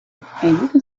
could